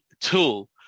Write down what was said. tool